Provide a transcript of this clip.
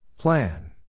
Plan